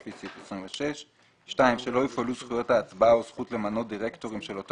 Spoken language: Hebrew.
לפי סעיף 26. שלא יופעלו זכויות ההצבעה או זכות למנות דירקטורים של אותו